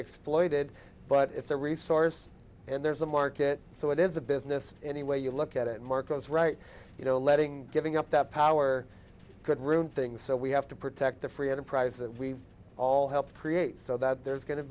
exploited but it's a resource and there's a market so it is a business any way you look at it marcos right you know letting giving up that power could ruin things so we have to protect the free enterprise that we've all helped create so that there's going to